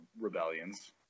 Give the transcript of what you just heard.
rebellions